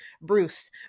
Bruce